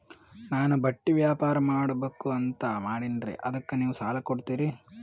ನಾನು ಬಟ್ಟಿ ವ್ಯಾಪಾರ್ ಮಾಡಬಕು ಅಂತ ಮಾಡಿನ್ರಿ ಅದಕ್ಕ ನೀವು ಸಾಲ ಕೊಡ್ತೀರಿ?